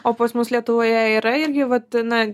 o pas mus lietuvoje yra irgi vat na